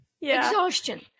exhaustion